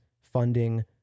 funding